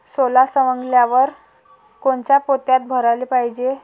सोला सवंगल्यावर कोनच्या पोत्यात भराले पायजे?